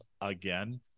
again